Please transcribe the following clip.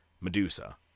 Medusa